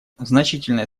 значительное